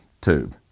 tube